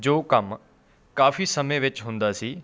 ਜੋ ਕੰਮ ਕਾਫੀ ਸਮੇਂ ਵਿੱਚ ਹੁੰਦਾ ਸੀ